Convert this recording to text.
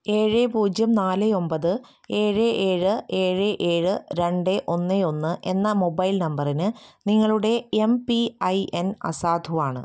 ഏഴ് പൂജ്യം നാല് ഒമ്പത് ഏഴ് ഏഴ് ഏഴ് ഏഴ് രണ്ട് ഒന്ന് ഒന്ന് എന്ന മൊബൈൽ നമ്പറിന് നിങ്ങളുടെ എം പി ഐ എന് അസാധുവാണ്